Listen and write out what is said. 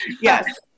Yes